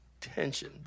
tension